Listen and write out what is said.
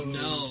no